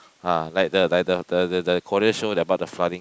ah like the like the the the the Korean show the about the flooding